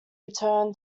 return